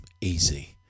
easy